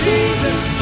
Jesus